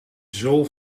zool